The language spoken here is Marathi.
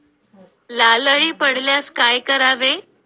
लाल अळी पडल्यास काय करावे?